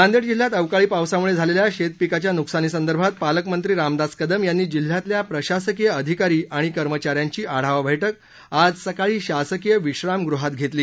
नांदेड जिल्ह्यात अवकाळी पावसामुळे झालेल्या शेतपिकाच्या नुकसानीसंदर्भात पालकमंत्री रामदास कदम यांनी जिल्ह्यातल्या प्रशासकीय अधिकारी आणि कर्मचाऱ्यांची आढावा बैठक आज सकाळी शासकीय विश्रामगृहात घेतली